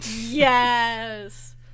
Yes